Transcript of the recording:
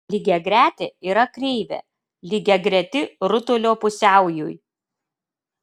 lygiagretė yra kreivė lygiagreti rutulio pusiaujui